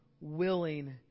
willing